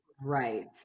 Right